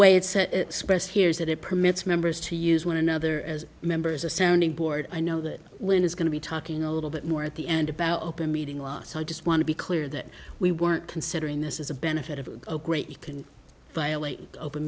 way it's set expressed here is that it permits members to use one another as members a sounding board i know that lynn is going to be talking a little bit more at the end about open meeting law so i just want to be clear that we weren't considering this as a benefit of a great you can violate open